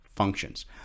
functions